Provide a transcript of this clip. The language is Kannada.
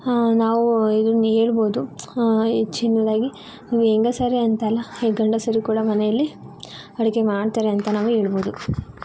ನಾವು ಇದನ್ನು ಹೇಳಬಹುದು ಹೆಚ್ಚಿನದಾಗಿ ಈ ಹೆಂಗಸರೇ ಅಂತಲ್ಲ ಗಂಡಸರು ಕೂಡ ಮನೆಯಲ್ಲಿ ಅಡುಗೆ ಮಾಡ್ತಾರೆ ಅಂತ ನಾವು ಹೇಳಬಹುದು